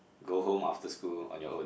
go home after school on your own